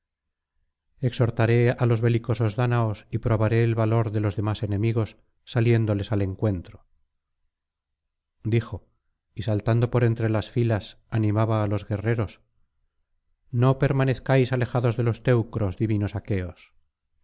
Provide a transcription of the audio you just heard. exhortaré á los belicosos dáñaos y probaré el valor de los demás enemigos saliéndoles al encuentro dijo y saltando por entre las filas animaba á los guerreros no permanezcáis alejados de los teucros divinos aqueos